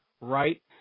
right